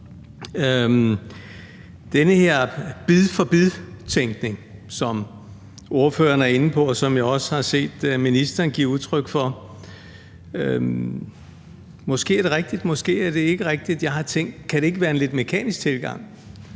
den her bid for bid-tænkning, som ordføreren er inde på, og som jeg også har set ministeren give udtryk for – og måske er det rigtigt, måske er det ikke rigtigt – har jeg tænkt: Kan det ikke være en lidt mekanisk tilgang